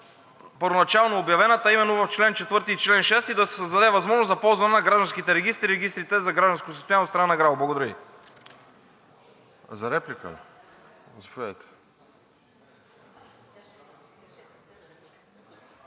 първоначално обявената, а именно в чл. 4 и чл. 6 да се създаде възможност за ползване на гражданските регистри, регистрите за гражданско състояние от страна на ГРАО. Благодаря Ви. ПРЕДСЕДАТЕЛ РОСЕН